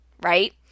right